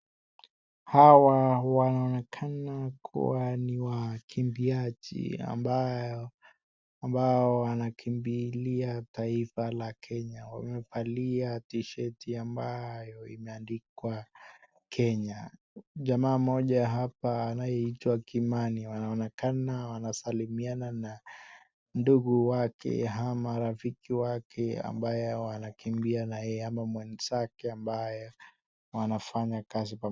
Mwanamke amebeba mtoto mchanga amesimama karibu na mti mkubwa. Mtoto analia na mwanamke anajaribu kumtuliza. Wote wamevaa nguo za rangi nyeupe na koti la kijani.